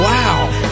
Wow